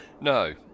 No